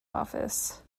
office